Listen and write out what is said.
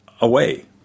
away